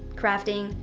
crafting,